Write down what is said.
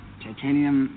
titanium